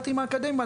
הסטנדרטים האקדמיים.